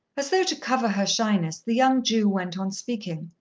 as though to cover her shyness, the young jew went on speaking.